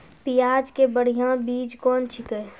प्याज के बढ़िया बीज कौन छिकै?